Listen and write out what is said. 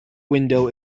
window